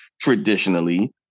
traditionally